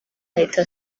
ahita